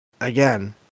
again